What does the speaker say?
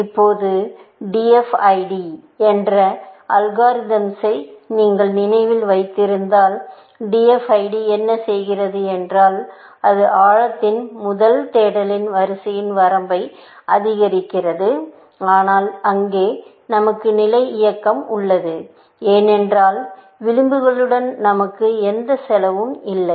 இப்போது DFID என்ற அல்காரிதமை நீங்கள் நினைவில் வைத்திருந்தால் DFID என்ன செய்கிறது என்றால் அது ஆழத்தின் முதல் தேடலின் வரிசையின் வரம்பை அதிகரிக்கிறது ஆனால் அங்கே நமக்கு நிலை இயக்கம் உள்ளது ஏனென்றால் விளிம்புகளுடன் நமக்கு எந்த செலவும் இல்லை